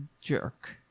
jerk